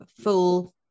full